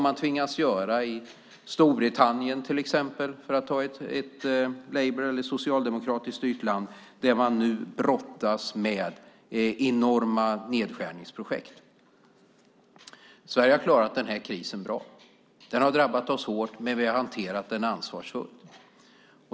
Det tvingas man göra i till exempel Storbritannien, för att ta ett land styrt av Labour eller socialdemokrater, där man nu brottas med enorma nedskärningsprojekt. Sverige har klarat krisen bra. Den har drabbat oss hårt, men vi har hanterat den ansvarsfullt.